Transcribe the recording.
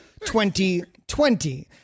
2020